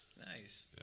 Nice